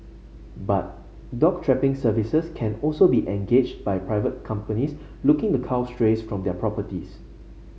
but dog trapping services can also be engaged by private companies looking the cull strays from their properties